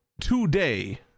today